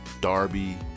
Darby